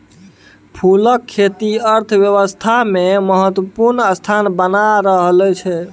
फूलक खेती अर्थव्यवस्थामे महत्वपूर्ण स्थान बना रहल छै